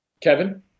Kevin